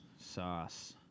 Sauce